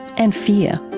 and fear,